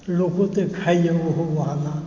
लोको तऽ खाइए ओहो बहाना